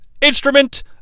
instrument